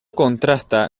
contrasta